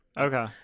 okay